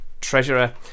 Treasurer